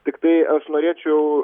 tiktai aš norėčiau